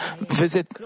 visit